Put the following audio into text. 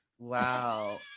Wow